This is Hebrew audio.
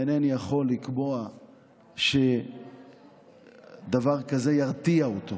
אינני יכול לקבוע שדבר כזה ירתיע אותו,